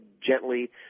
gently